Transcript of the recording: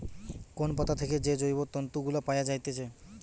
কোন পাতা থেকে যে জৈব তন্তু গুলা পায়া যাইতেছে